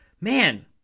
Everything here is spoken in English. Man